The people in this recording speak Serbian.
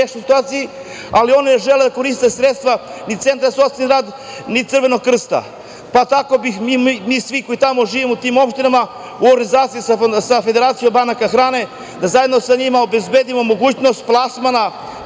ali oni ne žele da koriste sredstva, ni centra za socijalni rad, ni Crvenog Krsta. Pa, tako bi mi svi, koji živimo u tim opštinama, u organizaciji sa Federacijom banaka hrane, zajedno sa njima obezbedimo mogućnost plasmana